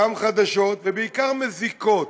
גם חדשות ובעיקר מזיקות,